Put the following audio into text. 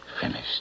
Finished